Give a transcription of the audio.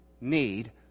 need